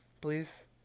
please